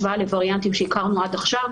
אלף פעמים.